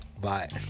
bye